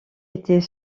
étaient